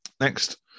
Next